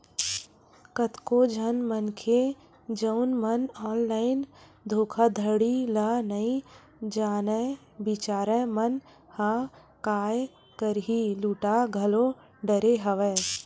कतको झन मनखे जउन मन ऑनलाइन धोखाघड़ी ल नइ जानय बिचारा मन ह काय करही लूटा घलो डरे हवय